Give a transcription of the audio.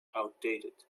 outdated